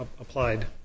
applied